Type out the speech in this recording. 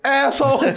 asshole